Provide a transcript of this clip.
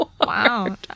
Wow